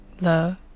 love